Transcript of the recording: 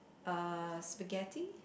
uh spaghetti